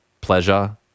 pleasure